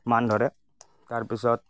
মান ধৰে তাৰপিছত